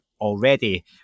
already